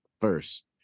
first